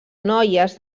noies